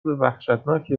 وحشتناکی